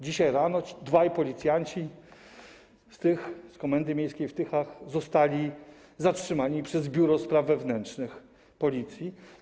Dzisiaj rano dwaj policjanci z komendy miejskiej w Tychach zostali zatrzymani przez Biuro Spraw Wewnętrznych Policji.